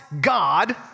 God